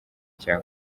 cya